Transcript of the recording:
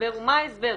מה ההסבר?